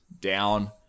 down